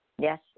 Yes